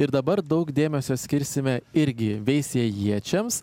ir dabar daug dėmesio skirsime irgi viesiejiečiams